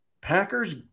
Packers